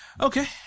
Okay